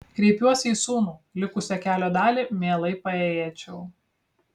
kreipiuosi į sūnų likusią kelio dalį mielai paėjėčiau